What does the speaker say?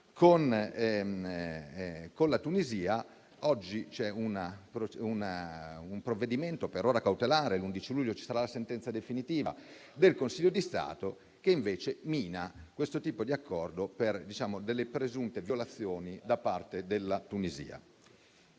con la Tunisia, per ora c'è un provvedimento cautelare, ma l'11 luglio ci sarà la sentenza definitiva del Consiglio di Stato, che invece mina questo accordo per presunte violazioni da parte della Tunisia.